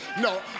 no